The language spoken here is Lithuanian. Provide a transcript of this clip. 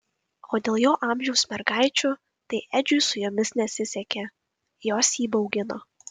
o dėl jo amžiaus mergaičių tai edžiui su jomis nesisekė jos jį baugino